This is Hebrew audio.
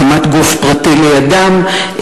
הקמת גוף פרטי לידם.